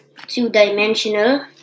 two-dimensional